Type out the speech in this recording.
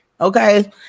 Okay